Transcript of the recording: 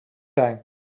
zijn